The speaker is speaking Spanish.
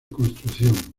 construcción